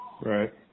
Right